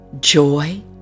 joy